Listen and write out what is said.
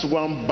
one